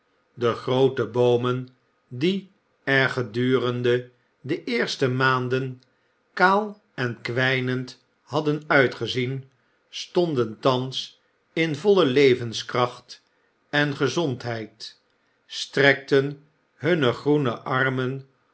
de groote boomen die er gedurende de eerste maanden kaal en kwijnend hadden uitgezien stonden thans in volle levenskracht en gezondheid strekten hunne groene armen